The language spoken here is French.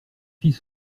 fille